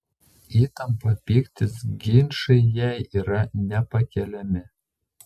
įtampa pyktis ginčai jai yra nepakeliami